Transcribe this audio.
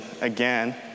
again